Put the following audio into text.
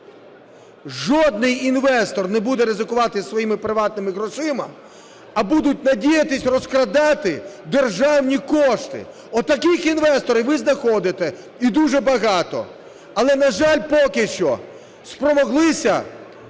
Жодний інвестор не буде ризикувати своїми приватними грошима, а будуть надіятись розкрадати державні кошти. Отаких інвесторів ви знаходите і дуже багато. Але, на жаль, поки що спромоглися